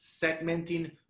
segmenting